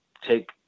take